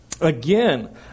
Again